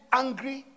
angry